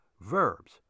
Verbs